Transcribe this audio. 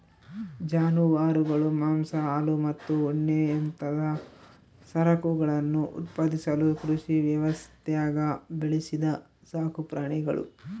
ಜಾನುವಾರುಗಳು ಮಾಂಸ ಹಾಲು ಮತ್ತು ಉಣ್ಣೆಯಂತಹ ಸರಕುಗಳನ್ನು ಉತ್ಪಾದಿಸಲು ಕೃಷಿ ವ್ಯವಸ್ಥ್ಯಾಗ ಬೆಳೆಸಿದ ಸಾಕುಪ್ರಾಣಿಗುಳು